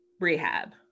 rehab